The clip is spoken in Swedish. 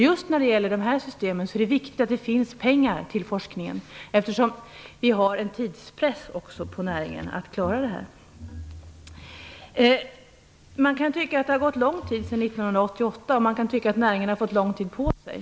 Just när det gäller dessa system är det viktigt att det finns pengar till forskningen, eftersom näringen också har en tidspress när det gäller att klara av det här. Man kan tycka att det har gått lång tid sedan 1988. Man kan tycka att näringen har fått lång tid på sig.